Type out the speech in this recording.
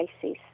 cases